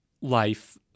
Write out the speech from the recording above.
life